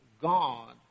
God